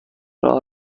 راه